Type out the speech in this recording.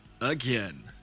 again